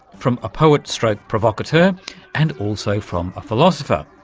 from a poet so like provocateur, and also from a philosopher.